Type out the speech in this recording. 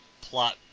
plot